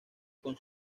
con